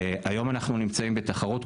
היום אנחנו נמצאים בתחרות.